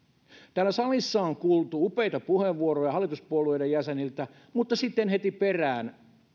täällä salissa on kuultu upeita puheenvuoroja hallituspuolueiden jäseniltä mutta sitten heti perään